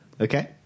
Okay